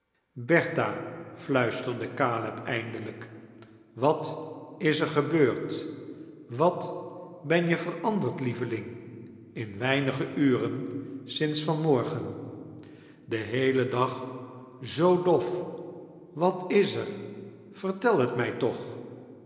fruistierde caleb eindelijk wat i s er gebeurd wat ben je veranderd lieveling in weinige ureal sinds van morgan den heelen dag zoo dof wat is er vertel het mij toch